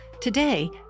Today